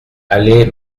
allée